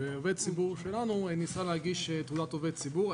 עובד ציבור שלנו ניסה להגיש תעודת עובד ציבור.